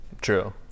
True